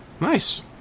nice